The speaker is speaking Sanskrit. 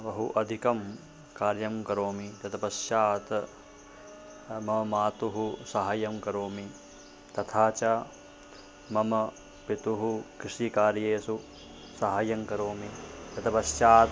बहु अधिकं कार्यं करोमि तद् पश्चात् मम मातुः सहाय्यं करोमि तथा च मम पितुः कृषिकार्येषु साहाय्यं करोमि तद् पश्चात्